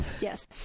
Yes